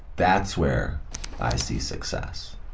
that's where i see success.